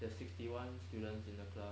there's sixty one students in a class